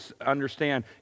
understand